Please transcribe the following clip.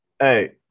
Hey